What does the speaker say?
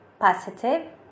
Positive